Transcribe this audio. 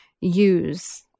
use